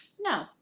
No